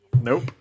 Nope